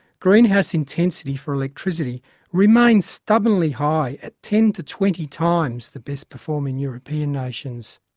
greenhouse intensity for electricity remains stubbornly high at ten to twenty times the best performing european nations.